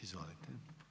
Izvolite.